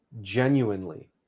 genuinely